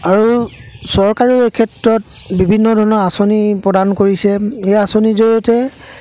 আৰু চৰকাৰেও এই ক্ষেত্ৰত বিভিন্ন ধৰণৰ আঁচনি প্ৰদান কৰিছে এই আঁচনিৰ জৰিয়তে